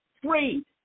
free